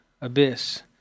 abyss